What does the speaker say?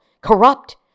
corrupt